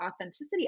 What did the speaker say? authenticity